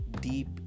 deep